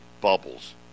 bubbles